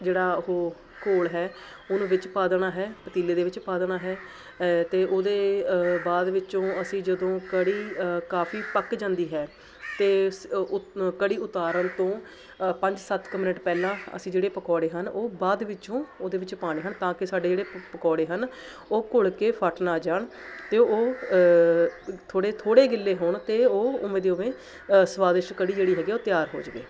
ਜਿਹੜਾ ਉਹ ਘੋਲ ਹੈ ਉਹਨੂੰ ਵਿੱਚ ਪਾ ਦੇਣਾ ਹੈ ਪਤੀਲੇ ਦੇ ਵਿੱਚ ਪਾ ਦੇਣਾ ਹੈ ਅਤੇ ਉਹਦੇ ਬਾਅਦ ਵਿੱਚੋਂ ਅਸੀਂ ਜਦੋਂ ਕੜੀ ਕਾਫੀ ਪੱਕ ਜਾਂਦੀ ਹੈ ਅਤੇ ਕੜੀ ਉਤਾਰਨ ਤੋਂ ਪੰਜ ਸੱਤ ਕੁ ਮਿੰਟ ਪਹਿਲਾਂ ਅਸੀਂ ਜਿਹੜੇ ਪਕੌੜੇ ਹਨ ਉਹ ਬਾਅਦ ਵਿੱਚੋਂ ਉਹਦੇ ਵਿੱਚ ਪਾਉਣੇ ਹਨ ਤਾਂ ਕਿ ਸਾਡੇ ਜਿਹੜੇ ਪਕੌੜੇ ਹਨ ਉਹ ਘੁਲ ਕੇ ਫਟ ਨਾ ਜਾਣ ਅਤੇ ਉਹ ਥੋੜ੍ਹੇ ਥੋੜ੍ਹੇ ਗਿੱਲੇ ਹੋਣ ਅਤੇ ਉਹ ਉਵੇਂ ਦੇ ਉਵੇਂ ਸਵਾਦਿਸ਼ ਕੜੀ ਜਿਹੜੀ ਹੈਗੀ ਉਹ ਤਿਆਰ ਹੋ ਜਾਵੇ